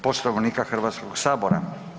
Poslovnika Hrvatskog sabora.